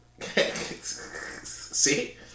See